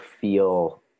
feel